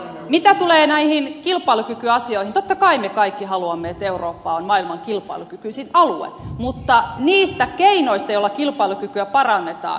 mitä tulee näihin kilpailukykyasioihin totta kai me kaikki haluamme että eurooppa on maailman kilpailukykyisin alue mutta niistä keinoista joilla kilpailukykyä parannetaan olemme eri mieltä